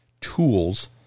tools